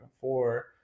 four